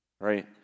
right